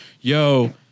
yo